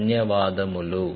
ధన్యవాదములు